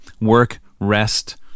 work-rest